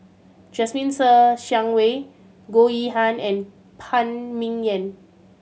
Jasmine Ser Xiang Wei Goh Yihan and Phan Ming Yen